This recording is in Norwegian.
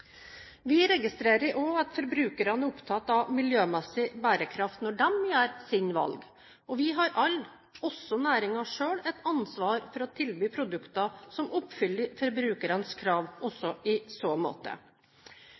Vi registrerer også at forbrukerne er opptatt av miljømessig bærekraft når de gjør sine valg. Vi har alle, også næringen selv, et ansvar for å tilby produkter som oppfyller forbrukernes krav, også i så måte.